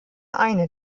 eine